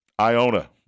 Iona